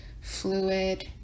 fluid